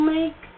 make